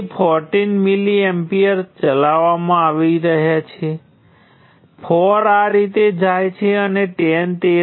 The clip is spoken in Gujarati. અને નોડ 3 માટે G23 G33 કુલ ત્યાં કંડક્ટન્સ G23 અને ત્યાં 0 અને અલબત્ત ખાસ કેસ નોડ 2 છે જે તમને G12 આપે છે અને આ માટે આપણી પાસે G23 G12G23 GM હશે